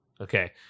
Okay